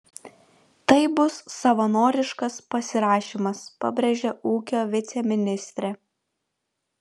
tai bus savanoriškas pasirašymas pabrėžia ūkio viceministrė